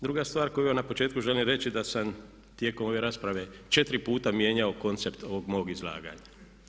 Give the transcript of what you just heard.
Druga stvar koju vam na početku želim reći da sam tijekom ove rasprave četiri puta mijenjao koncept ovog mog izlaganja.